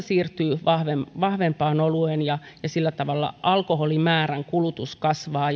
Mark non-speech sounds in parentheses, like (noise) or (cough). (unintelligible) siirtyy vahvempaan vahvempaan olueen ja sillä tavalla alkoholimäärän kulutus kasvaa (unintelligible)